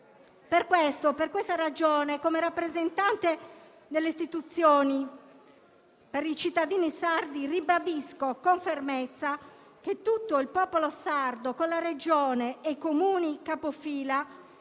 Per questa ragione, come rappresentante delle istituzioni per i cittadini sardi, ribadisco con fermezza che tutto il popolo sardo, con la Regione e i Comuni capofila,